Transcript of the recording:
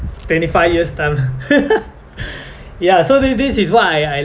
twenty five years time ya so th~ this is what I I